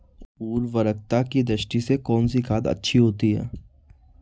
उर्वरकता की दृष्टि से कौनसी खाद अच्छी होती है?